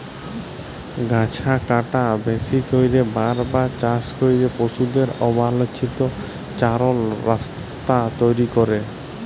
গাহাচ কাটা, বেশি ক্যইরে বার বার চাষ ক্যরা, পশুদের অবাল্ছিত চরাল, রাস্তা তৈরি ক্যরা